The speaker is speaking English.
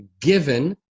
given